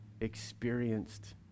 experienced